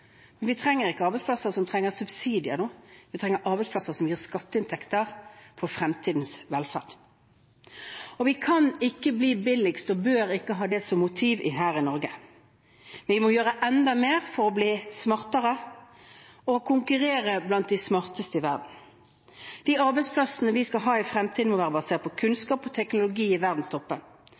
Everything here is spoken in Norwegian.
men nå trenger vi ikke arbeidsplasser som har behov for subsidier. Vi trenger arbeidsplasser som gir skatteinntekter for fremtidens velferd. Vi kan ikke bli billigst, og bør ikke ha det som motiv her i Norge. Vi må gjøre enda mer for å bli smartere og for å konkurrere blant de smarteste i verden. De arbeidsplassene vi skal ha i fremtiden, må være basert på kunnskap og teknologi i verdenstoppen.